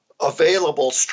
available